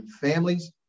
families